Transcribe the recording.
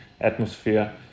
atmosphere